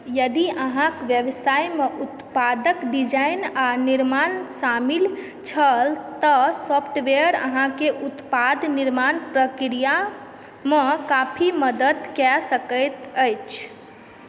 यदि अहाँक व्यवसायमे उत्पादक डिजाइन आ निर्माण शामिल छल तऽ सॉफ्टवेयर अहाँके उत्पाद निर्माण प्रक्रियामे काफी मदद कए सकैत अछि